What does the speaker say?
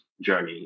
journey